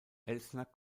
elsner